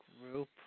group